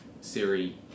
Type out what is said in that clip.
Siri